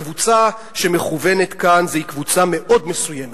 הקבוצה שמכוונת כאן היא קבוצה מאוד מסוימת,